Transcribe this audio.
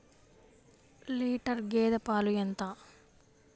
Litre గేదె పాలు ఎంత?